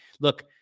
look